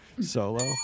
solo